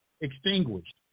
extinguished